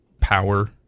power